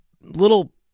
little